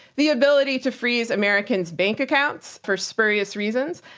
the ability to freeze americans bank accounts for spurious reasons,